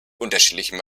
unterschiedlichem